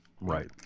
Right